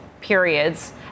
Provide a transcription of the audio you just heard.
periods